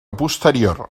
posterior